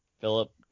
Philip